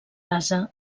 base